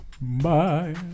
Bye